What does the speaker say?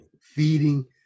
feeding